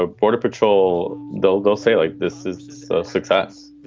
ah border patrol, they'll go say, like this is a success.